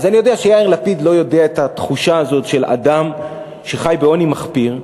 אז אני יודע שיאיר לפיד לא מכיר את התחושה הזאת של אדם שחי בעוני מחפיר,